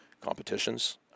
competitions